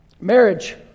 marriage